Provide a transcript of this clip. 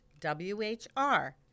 WHR